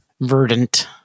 Verdant